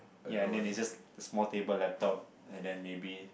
ya and then they just small table laptop and then maybe